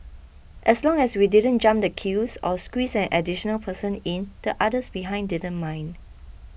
as long as we didn't jump the queues or squeezed an additional person in the others behind didn't mind